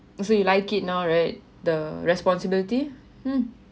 oh so you like it now right the responsibility !huh!